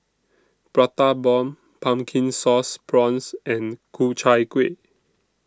Prata Bomb Pumpkin Sauce Prawns and Ku Chai Kuih